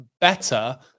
better